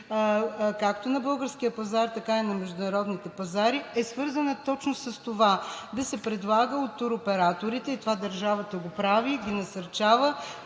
на българския пазар, така и на международните пазари, е свързана точно с това – да се предлага от туроператорите. Това държавата го прави и ги насърчава,